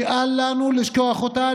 ואל לנו לשכוח אותה,